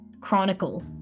chronicle